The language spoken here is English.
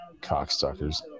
cocksuckers